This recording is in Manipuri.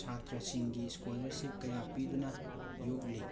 ꯁꯥꯇ꯭ꯔꯁꯤꯡꯒꯤ ꯁ꯭ꯀꯣꯂꯔꯁꯤꯞ ꯀꯌꯥ ꯄꯤꯗꯨꯅ ꯌꯣꯛꯂꯤ